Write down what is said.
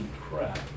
crap